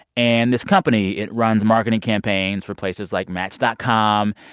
and this company, it runs marketing campaigns for places like match dot com,